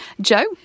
Joe